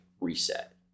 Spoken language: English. reset